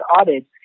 audits